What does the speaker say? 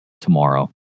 tomorrow